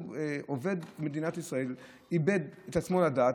עובד במדינת ישראל איבד את עצמו לדעת